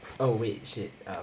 oh wait shit uh